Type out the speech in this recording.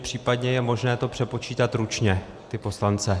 Případně je možné to přepočítat ručně, ty poslance.